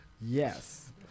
Yes